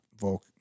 Volk